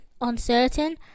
Uncertain